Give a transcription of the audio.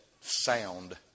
sound